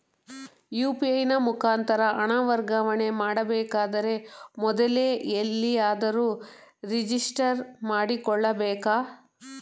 UPI ನ ಮುಖಾಂತರ ಹಣ ವರ್ಗಾವಣೆ ಮಾಡಬೇಕಾದರೆ ಮೊದಲೇ ಎಲ್ಲಿಯಾದರೂ ರಿಜಿಸ್ಟರ್ ಮಾಡಿಕೊಳ್ಳಬೇಕಾ?